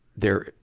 there,